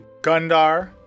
Gundar